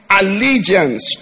allegiance